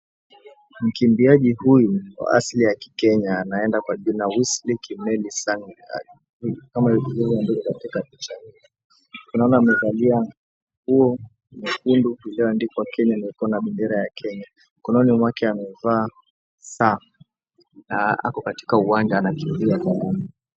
Mkimbiaji huyu kwa asili ya kikenya anaenda kwa jina Wesley Kimeli Sang ambaye yuko katika picha hili. Tunaona amevalia nguo nyekundu iliyoandikwa Kenya na iko na bendera ya Kenya. Mkononi mwake amevaa saa na ako katika uwanja anakimbia.